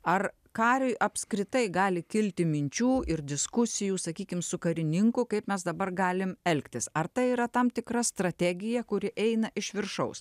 ar kariui apskritai gali kilti minčių ir diskusijų sakykim su karininku kaip mes dabar galim elgtis ar tai yra tam tikra strategija kuri eina iš viršaus